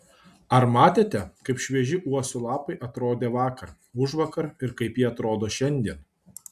ar matėte kaip švieži uosių lapai atrodė vakar užvakar ir kaip jie atrodo šiandien